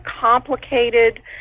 complicated